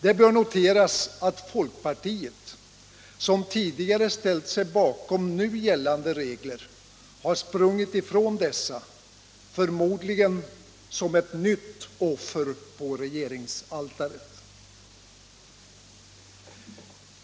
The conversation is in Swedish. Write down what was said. Det bör noteras att folkpartiet, som tidigare ställt sig bakom nu gällande regler, sprungit ifrån dessa, förmodligen som ett nytt offer på regeringsaltaret.